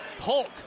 Hulk